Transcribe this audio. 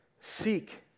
Seek